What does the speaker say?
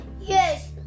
Yes